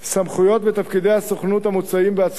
סמכויות ותפקידי הסוכנות המוצעים בהצעת